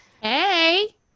Hey